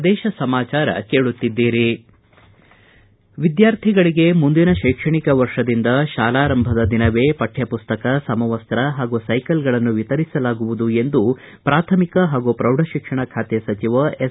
ಪ್ರದೇಶ ಸಮಾಚಾರ ಕೇಳುತ್ತಿದ್ದೀರಿ ವಿದ್ಯಾರ್ಥಿಗಳಿಗೆ ಮುಂದಿನ ಕೈಕ್ಷಣಿಕ ವರ್ಷದಿಂದ ಶಾಲಾರಂಭದ ದಿನವೇ ಪಠ್ವಪುಸ್ತಕ ಸಮವಸ್ತ ಹಾಗೂ ಸೈಕಲ್ಗಳನ್ನು ವಿತರಿಸಲಾಗುವುದು ಎಂದು ಪ್ರಾಥಮಿಕ ಹಾಗೂ ಪ್ರೌಢಶಿಕ್ಷಣ ಖಾತೆ ಸಚಿವ ಎಸ್